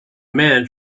man